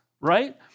right